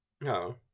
no